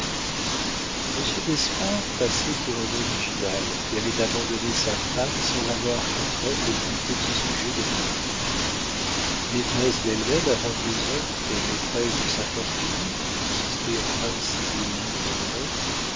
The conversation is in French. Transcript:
monsieur d'espard passait pour un original qui avait abandonné sa femme sans avoir contre elle le plus petit sujet de plainte maîtresse d'elle-même à vingt-deux ans et maîtresse de sa fortune qui consistait en vingt-six mille livres de rente